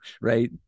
right